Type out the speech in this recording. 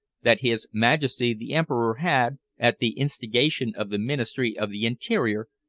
that his majesty the emperor had, at the instigation of the ministry of the interior,